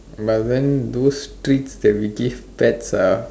but then those treats that we give pets are